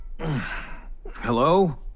Hello